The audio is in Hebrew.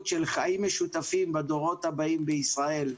של חיים משותפים בדורות הבאים בישראל.